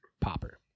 Popper